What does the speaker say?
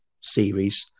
series